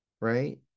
Right